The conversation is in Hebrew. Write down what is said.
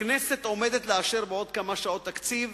הכנסת עומדת לאשר בעוד כמה שעות תקציב